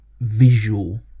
visual